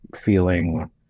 feeling